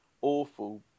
awful